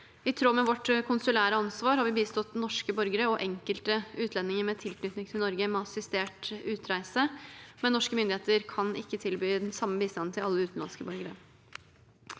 I tråd med vårt konsulære ansvar har vi bistått norske borgere og enkelte utlendinger med tilknytning til Norge med assistert utreise, men norske myndigheter kan ikke tilby den samme bistanden til alle utenlandske borgere.